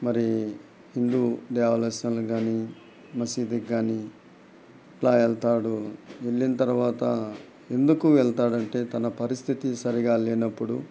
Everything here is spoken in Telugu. మరి హిందూ దేవ స్థానాలకు కానీ మసీదుకి కానీ ఇలా వెళ్తాడు వెళ్ళిన తర్వాత ఎందుకు వెళ్తాడంటే తన పరిస్థితి సరిగా లేనప్పుడు